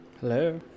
Hello